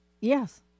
yes